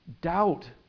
doubt